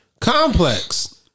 Complex